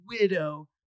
widow